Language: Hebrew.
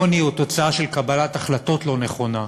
עוני הוא תוצאה של קבלת החלטות לא נכונות.